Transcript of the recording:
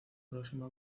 próximo